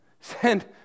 Send